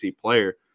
player